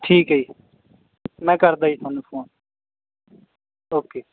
ਠੀਕ ਹੈ ਜੀ ਮੈਂ ਕਰਦਾ ਜੀ ਤੁਹਾਨੂੰ ਫੋਨ ਓਕੇ